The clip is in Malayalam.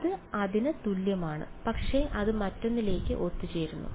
ഇത് അതിന് തുല്യമാണ് പക്ഷേ അത് മറ്റൊന്നിലേക്ക് ഒത്തുചേരുന്നു